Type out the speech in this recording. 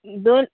दोन